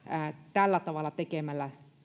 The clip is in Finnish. tekemällä